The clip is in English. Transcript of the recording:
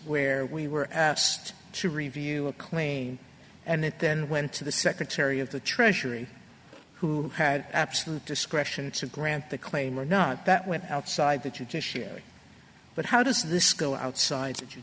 where we were asked to review a clean and it then went to the secretary of the treasury who had absolute discretion to grant the claim or not that went outside that you to share but how does this go outside to